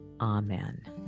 Amen